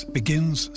begins